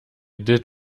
did